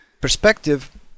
Perspective